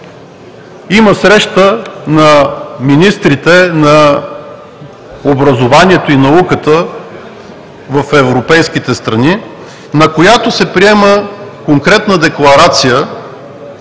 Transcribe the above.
има среща на министрите на образованието и науката в европейските страни, на която се приема конкретна декларация,